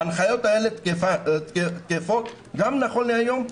ההנחיות האלה תקפות גם נכון להיום.